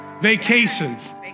Vacations